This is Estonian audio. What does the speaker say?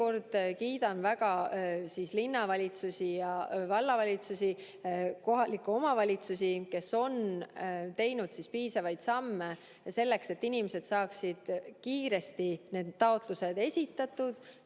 kord kiidan väga linnavalitsusi ja vallavalitsusi, kohalikke omavalitsusi, kes on teinud piisavaid samme selleks, et inimesed saaksid kiiresti need taotlused esitatud,